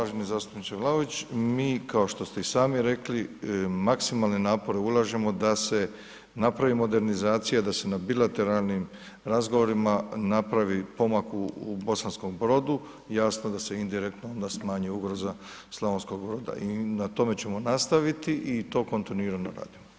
Uvaženi zastupniče Vlaović, mi kao što ste i sami rekli, maksimalne napore ulažemo da se napravi modernizacija, da se na bilateralnim razgovorima napravi pomak u Bosanskom Brodu, jasno da se indirektno onda smanji ugroza Slavonskog Broda i na tome ćemo nastaviti i to kontinuirano radimo.